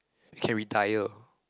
can retired